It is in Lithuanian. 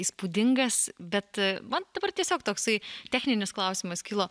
įspūdingas bet man dabar tiesiog toksai techninis klausimas kilo